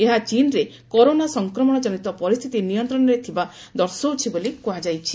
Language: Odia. ଏହା ଚୀନ୍ରେ କରୋନା ସଂକ୍ରମଣ ଜନିତ ପରିସ୍ଥିତି ନିୟନ୍ତ୍ରଣରେ ଥିବା ଦର୍ଶାଉଛି ବୋଲି କୁହାଯାଇଛି